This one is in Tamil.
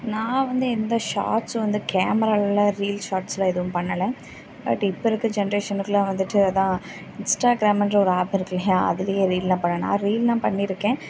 நான் வந்து எந்த ஷாட்ஸ்ஸும் வந்து கேமராவில ரீல்ஸ் ஷாட்ஸுலாம் எதுவும் பண்ணலை பட் இப்போ இருக்க ஜென்ரேசஷனுக்கெலாம் வந்துட்டு அதுதான் இன்ஸ்டாகிராமின்ற ஒரு ஆப்பு இருக்குது இல்லையா அதிலே ரீல்லாம் பண்ணலாம் நான் ரீல்லாம் பண்ணி இருக்கேன்